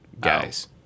guys